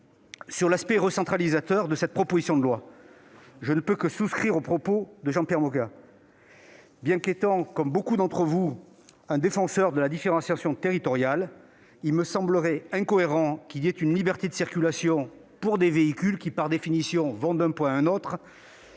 Sur l'aspect « recentralisateur » de ce texte, je ne peux que souscrire aux propos de Jean-Pierre Moga. Bien qu'étant, comme beaucoup d'entre vous, un défenseur de la différenciation territoriale, il me semblerait incohérent qu'il y ait une liberté de circulation différenciée en fonction des territoires pour des véhicules qui, par définition, vont d'un point à un autre.